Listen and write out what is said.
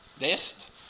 nest